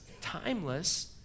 timeless